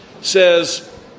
says